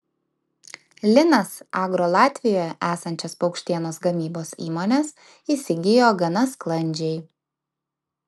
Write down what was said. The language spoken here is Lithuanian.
linas agro latvijoje esančias paukštienos gamybos įmones įsigijo gana sklandžiai